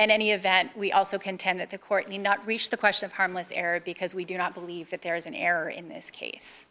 any event we also contend that the court may not reach the question of harmless error because we do not believe that there is an error in this case